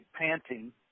panting